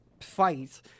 fight